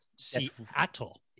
Seattle